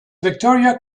victoria